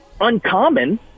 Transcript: uncommon